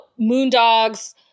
Moondogs